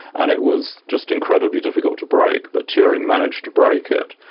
and it was just incredibly difficult to break, but turing managed to break it.